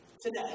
Today